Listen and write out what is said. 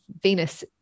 venus